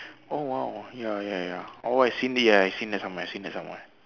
oh !wow! ya ya ya oh I've seen it ya I've seen it somewhere I've seen it somewhere